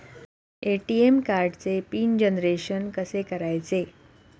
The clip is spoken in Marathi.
ए.टी.एम कार्डचे पिन जनरेशन कसे करायचे?